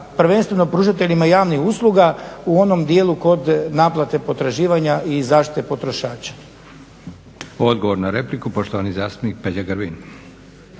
prvenstveno pružateljima javnih usluga u onom dijelu kod naplate potraživanja i zaštite potrošača. **Leko, Josip (SDP)** Odgovor na repliku, poštovani zastupnik Peđa Grbin.